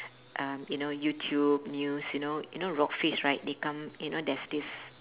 um you know youtube news you know you know raw fish right they come you know there's this